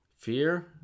Fear